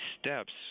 steps